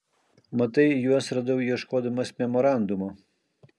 matai juos radau ieškodamas memorandumo